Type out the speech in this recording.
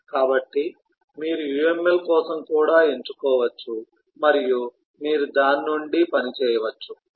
కాబట్టి మీరు UML కోసం కూడా ఎంచుకోవచ్చు మరియు మీరు దాని నుండి పని చేయవచ్చు